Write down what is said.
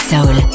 Soul